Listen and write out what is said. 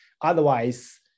Otherwise